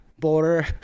Border